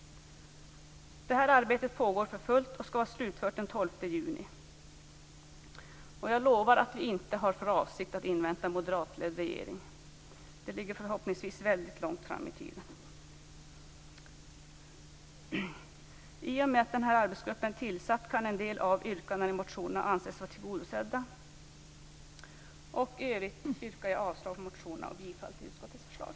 Detta arbete pågår för fullt och skall vara slutfört den 12 juni. Och jag lovar att vi inte har för avsikt att invänta en moderatledd regering. En sådan ligger förhoppningsvis väldigt långt fram i tiden. I och med att denna arbetsgrupp är tillsatt kan en del av yrkanden i motionerna anses vara tillgodosedda. I övrigt yrkar jag avslag på motionerna och bifall till utskottets förslag.